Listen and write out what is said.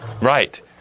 Right